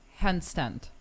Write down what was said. handstand